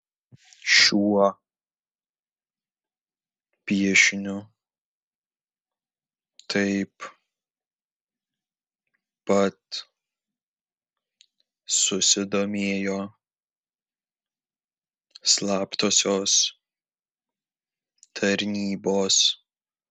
šiuo piešiniu taip pat susidomėjo slaptosios tarnybos